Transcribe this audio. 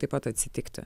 taip pat atsitikti